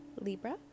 Libra